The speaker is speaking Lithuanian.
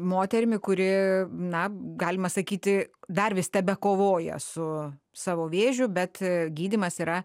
moterimi kuri na galima sakyti dar vis tebekovoja su savo vėžiu bet gydymas yra